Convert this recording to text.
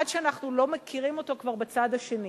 עד שאנחנו לא מכירים אותו כבר בצד השני.